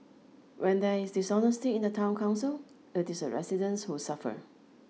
when there is dishonesty in the town council it is the residents who suffer